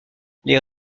les